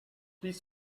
please